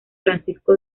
francisco